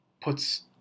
puts